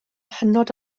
hynod